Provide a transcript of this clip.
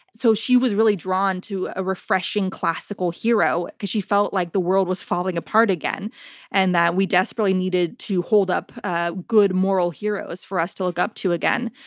so she was really drawn to a refreshing, classical hero because she felt like the world was falling apart again and that we desperately needed to hold up good, moral heroes for us to look up to again.